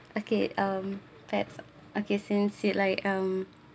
okay um that's okay since it like um